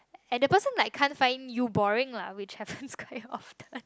and the person like can't find you boring lah which happens quite often